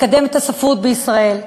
לקדם את הספרות בישראל,